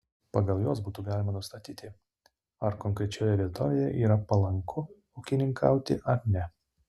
pagal juos būtų galima nustatyti ar konkrečioje vietovėje yra palanku ūkininkauti ar ne